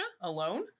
alone